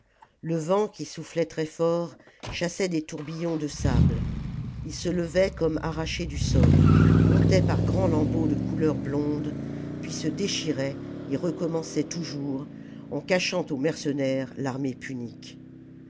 le vent qui soufflait très fort chassait des tourbillons de sable ils se levaient comme arrachés du sol montaient par grands lambeaux de couleur blonde puis se déchiraient et recommençaient toujours en cachant aux mercenaires l'armée punique